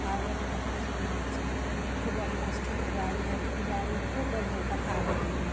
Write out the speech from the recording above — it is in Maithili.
भागवत कथा सुनै छी खूब बढ़िआँसे ठकुरबाड़ी हइ ठाकुरबाड़ीमे खूब बढ़िआँ कथा होइ रहलै